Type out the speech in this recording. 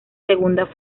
segunda